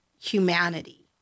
humanity